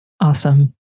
Awesome